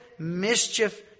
Mischief